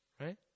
right